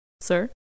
sir